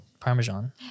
Parmesan